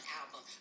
album